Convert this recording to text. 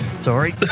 Sorry